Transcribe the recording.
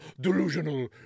delusional